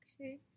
okay